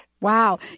Wow